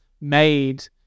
made